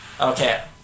Okay